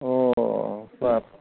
अ प्लास